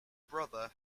brother